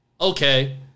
okay